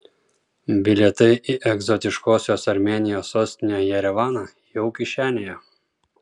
bilietai į egzotiškosios armėnijos sostinę jerevaną jau kišenėje